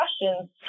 questions